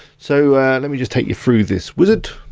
so let me just take you through this wizard.